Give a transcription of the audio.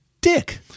dick